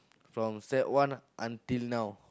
from sec one until now